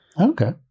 Okay